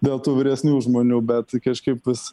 dėl tų vyresnių žmonių bet kažkaip vis